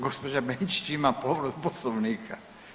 Gospođa Benčić ima povredu poslovnika.